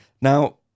Now